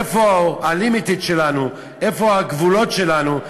איפה ה-limited שלנו, איפה הגבולות שלנו?